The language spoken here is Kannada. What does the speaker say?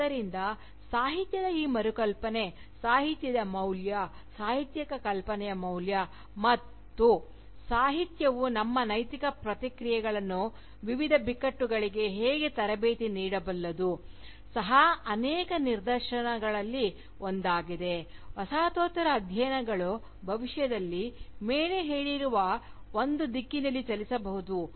ಆದ್ದರಿಂದ ಸಾಹಿತ್ಯದ ಈ ಮರು ಕಲ್ಪನೆ ಸಾಹಿತ್ಯದ ಮೌಲ್ಯ ಸಾಹಿತ್ಯಿಕ ಕಲ್ಪನೆಯ ಮೌಲ್ಯ ಮತ್ತು ಸಾಹಿತ್ಯವು ನಮ್ಮ ನೈತಿಕ ಪ್ರತಿಕ್ರಿಯೆಗಳನ್ನು ವಿವಿಧ ಬಿಕ್ಕಟ್ಟುಗಳಿಗೆ ಹೇಗೆ ತರಬೇತಿ ನೀಡಬಲ್ಲದು ಸಹ ಅನೇಕ ನಿರ್ದೇಶನಗಳಲ್ಲಿ ಒಂದಾಗಿದೆ ವಸಾಹತೋತ್ತರ ಅಧ್ಯಯನಗಳು ಭವಿಷ್ಯದಲ್ಲಿ ಮೇಲೆ ಹೇಳಿದ ಒಂದು ದಿಕ್ಕಿನಲ್ಲಿ ಚಲಿಸಬಹುದು